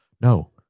no